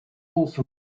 also